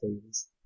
please